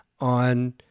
on